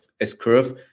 S-curve